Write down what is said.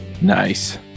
Nice